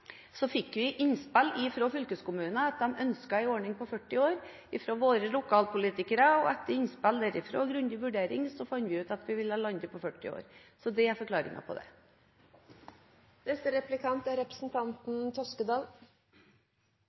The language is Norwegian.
40 år. Etter innspill derfra, og en grundig vurdering, fant vi ut at vi ville lande på 40 år. Det er forklaringen på det. Det er i dag flere kommuner i Norge enn det var i 1837, og det er